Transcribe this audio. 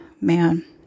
Man